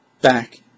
back